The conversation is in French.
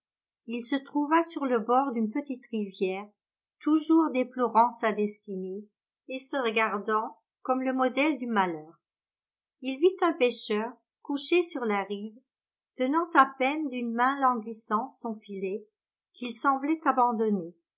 il se trouva sur le bord d'une petite rivière toujours déplorant sa destinée et se regardant comme le modèle du malheur il vit un pêcheur couché sur la rive tenant à peine d'une main languissante son filet qu'il semblait abandonner